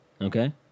Okay